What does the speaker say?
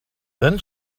then